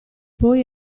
poi